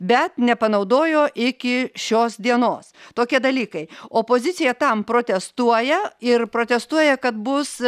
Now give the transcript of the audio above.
bet nepanaudojo iki šios dienos tokie dalykai opozicija tam protestuoja ir protestuoja kad bus